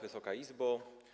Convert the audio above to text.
Wysoka Izbo!